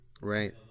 Right